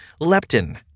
leptin